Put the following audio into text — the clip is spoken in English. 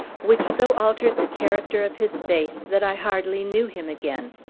which so altered the character of his face that i hardly knew him again.